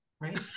Right